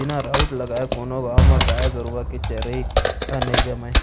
बिना राउत लगाय कोनो गाँव म गाय गरुवा के चरई ह नई जमय